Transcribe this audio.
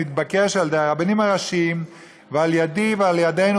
מתבקש על ידי הרבניים הראשיים ועל ידי ועל ידינו,